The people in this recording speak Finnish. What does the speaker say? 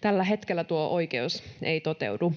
Tällä hetkellä tuo oikeus ei toteudu.